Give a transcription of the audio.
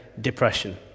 depression